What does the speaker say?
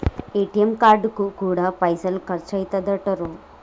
ATM కార్డుకు గూడా పైసలు ఖర్చయితయటరో